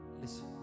Listen